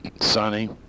sunny